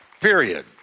Period